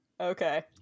okay